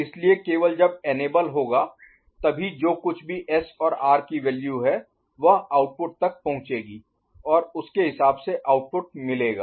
इसलिए केवल जब इनेबल होगा तभी जो कुछ भी एस और आर की वैल्यू है वह आउटपुट तक पहुंचेगी और उसके हिसाब से आउटपुट मिलेगा